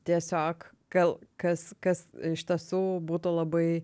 tiesiog gal kas kas iš tiesų būtų labai